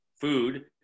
food